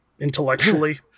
intellectually